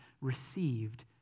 received